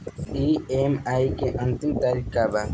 EMI के अंतिम तारीख का बा?